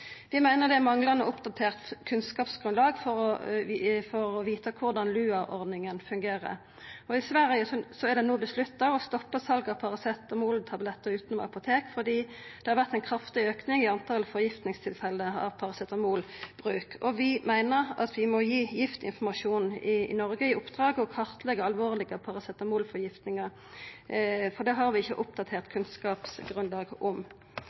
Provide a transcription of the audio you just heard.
meiner ein manglar oppdatert kunnskapsgrunnlag for å vita korleis LUA-ordninga fungerer. I Sverige er det no vedtatt å stoppa salet av paracetamoltablettar utanom apotek fordi det har vore ein kraftig auke i talet på forgiftingstilfelle ved paracetamolbruk. Vi meiner at vi må gi Giftinformasjonen i Noreg i oppdrag å kartleggja alvorlege paracetamolforgiftingar, for der har vi ikkje eit oppdatert kunnskapsgrunnlag. Undersøkingar om